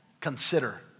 Consider